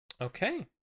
Okay